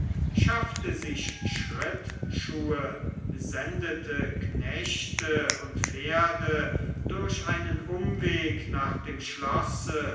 schaffte sich schrittschuhe sendete knechte und pferde durch einen umweg nach dem schlosse